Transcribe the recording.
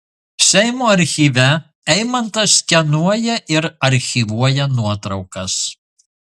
seimo archyve eimantas skenuoja ir archyvuoja nuotraukas